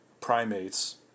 primates